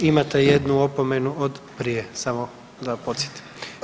Imate jednu opomenu od prije samo da podsjetim.